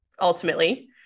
ultimately